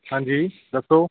ਹਾਂਜੀ ਦੱਸੋ